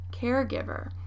caregiver